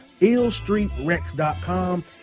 illstreetrex.com